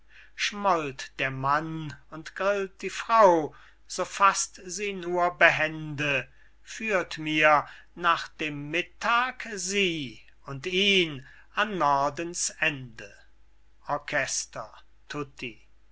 schmollt der mann und grillt die frau so faßt sie nur behende führt mir nach dem mittag sie und ihn an nordens ende